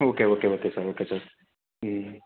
ஆ okay okay okay sir okay sir ம்